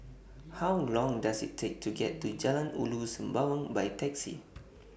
How Long Does IT Take to get to Jalan Ulu Sembawang By Taxi